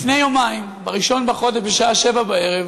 ולפני יומיים, ב-1 בחודש, בשעה 19:00,